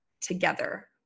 together